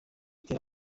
itera